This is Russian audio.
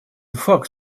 факт